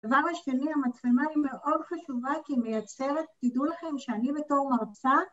דבר השני המצלמה היא מאוד חשובה כי מייצרת, תדעו לכם שאני בתור מרצה